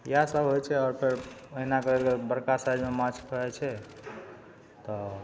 इएह सब होइ छै आओर फेर ओहिना करयके बड़का साइजमे माछ खाइ छै तऽ